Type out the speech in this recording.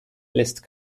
lässt